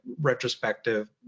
retrospective